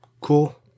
cool